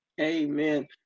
amen